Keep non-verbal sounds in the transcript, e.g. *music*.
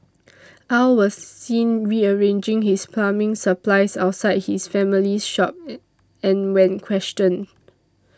Aw was seen rearranging his plumbing supplies outside his family's shop *unintelligible* and when questioned